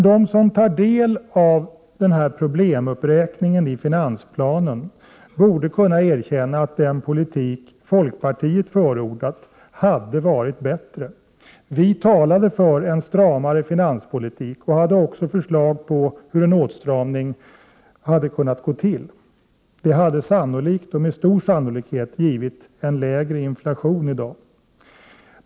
De som studerar problemuppräkningen i finansplanen borde dock kunna erkänna att den politik som vi förordat hade varit bättre. —- Vi talade för en stramare finanspolitik och hade också förslag till hur en åtstramning hade kunnat ske. Det hade med stor sannolikhet i dag inneburit en lägre inflation.